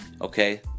Okay